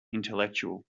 intellectual